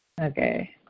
okay